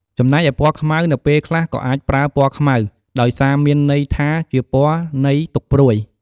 ចំណែកឯពណ៌ខ្មៅ នៅពេលខ្លះក៏អាចប្រើពណ៌ខ្មៅ ដោយសារមានន័យថាជាពណ៌នៃទុក្ខព្រួយ។